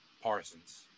Parsons